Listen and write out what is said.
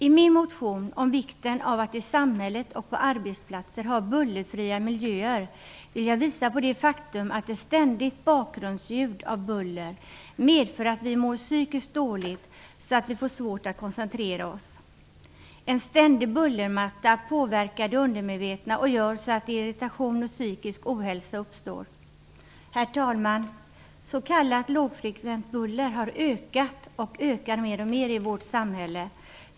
I min motion om vikten av att i samhället och på arbetsplatser ha bullerfria miljöer vill jag visa på det faktum att ett ständigt bakgrundsljud av buller medför att vi mår psykiskt dåligt samt att vi får svårt att koncentrera oss. En ständig bullermatta påverkar det undermedvetna och gör så att irritation och psykisk ohälsa uppstår. Herr talman! Förekomsten av så kallat lågfrekvent buller har ökat och ökar mer och mer i vårt samhälle.